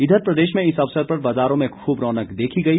इधर प्रदेश में इस अवसर पर बाजारों में खूब रौनक देखी गई